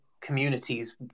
communities